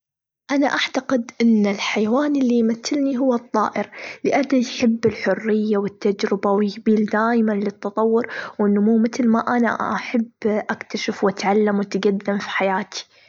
أنا أحتقد ان الحيوان اللي يمتلني هو الطائر لأني أحب الحرية، والتجربة ودايمًا لتطور وأن مو متل ما أنا أحب أكتشف، وأتعلم، وأتجدم في حياتي.